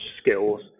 skills